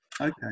okay